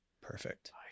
perfect